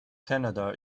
canada